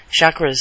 Chakras